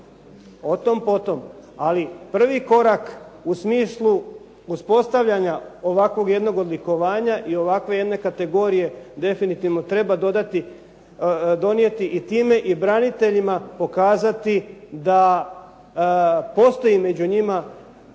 o tom potom. Ali prvi korak u smislu uspostavljanja ovakvog jednog odlikovanja i ovakve jedne kategorije definitivno treba donijeti i time i braniteljima pokazati da postoji među njima